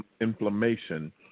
inflammation